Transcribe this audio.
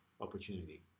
opportunity